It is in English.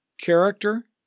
character